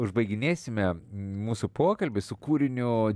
užbaiginėsime mūsų pokalbį su kūriniu